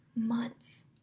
months